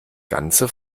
ganze